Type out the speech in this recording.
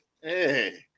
Hey